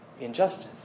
Injustice